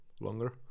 longer